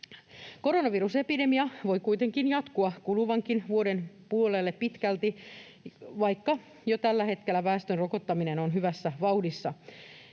Koronavirusepidemia voi kuitenkin jatkua pitkälti kuluvankin vuoden puolelle, vaikka tällä hetkellä väestön rokottaminen on jo hyvässä vauhdissa.